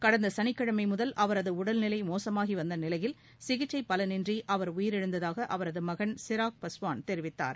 கடந்த சனிக் கிழமை முதல் அவரது உடல்நிலை மோசமாகி வந்த நிலையில் சிகிச்சை பலனின்றி அவர் உயிரிழந்ததாக அவரது மகன் சிராக் பாஸ்வான் தெரிவித்தார்